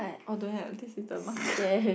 oh don't have this is the mark